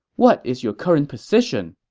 what is your current position?